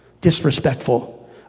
disrespectful